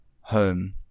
home